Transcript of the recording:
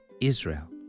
Israel